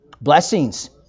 Blessings